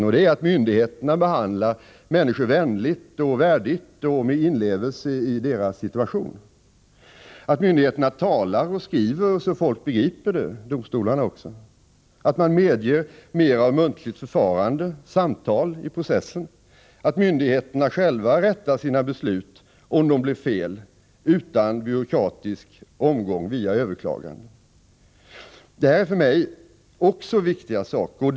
Därmed menar jag att myndigheterna behandlar människor vänligt, värdigt och med inlevelse i deras situation, att myndigheterna och domstolarna talar och skriver så att folk begriper det, att domstolarna medger mer av muntligt förfarande, samtal, i processen och att myndigheterna själva rättar sina beslut om de blir fel, utan någon byråkratisk omgång via överklaganden. Det här är för mig saker som också är viktiga.